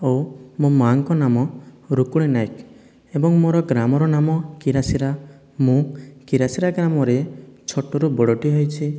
ଆଉ ମୋ' ମାଆଙ୍କ ନାମ ରୁକ୍ମିଣୀ ନାୟକ ଏବଂ ମୋର ଗ୍ରାମର ନାମ କିରାଶିରା ମୁଁ କିରାଶିରା ଗ୍ରାମରେ ଛୋଟରୁ ବଡ଼ଟିଏ ହୋଇଛି